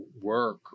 work